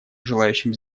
желающим